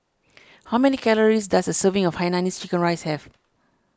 how many calories does a serving of Hainanese Chicken Rice have